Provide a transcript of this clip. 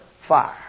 Fire